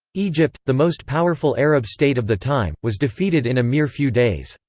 egypt, the most powerful arab state of the time, was defeated in a mere few days.